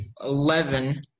Eleven